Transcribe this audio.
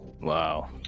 wow